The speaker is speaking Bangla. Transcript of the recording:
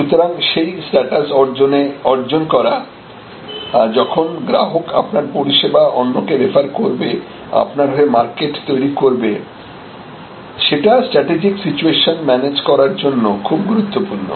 সুতরাং সেই স্ট্যাটাস অর্জনে করা যখন গ্রাহক আপনার পরিষেবা অন্যকে রেফার করবে আপনার হয়ে মার্কেট তৈরি করবে সেটা স্ট্র্যাটেজিক সিচুয়েশন ম্যানেজ করার জন্য খুব গুরুত্বপূর্ণ